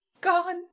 Gone